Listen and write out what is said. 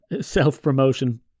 self-promotion